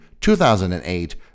2008